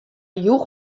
joech